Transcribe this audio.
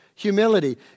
humility